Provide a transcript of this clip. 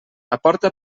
aporta